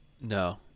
No